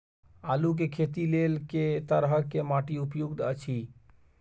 आलू के खेती लेल के तरह के माटी उपयुक्त अछि?